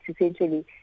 essentially